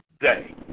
day